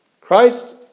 Christ